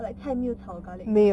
like 菜没有炒 garlic 的